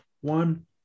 one